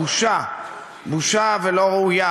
בושה, בושה, ולא ראוי.